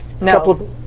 No